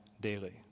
daily